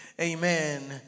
Amen